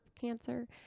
cancer